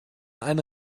eine